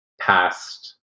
past